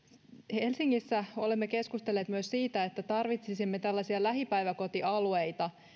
helsingissä olemme keskustelleet myös siitä että tarvitsisimme tällaisia lähipäiväkotialueita